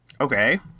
Okay